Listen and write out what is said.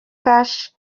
cash